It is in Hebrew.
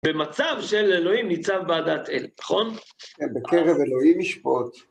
במצב של אלוהים ניצב ועדת אל, נכון? כן, בקרב אלוהים ישפוט.